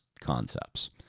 concepts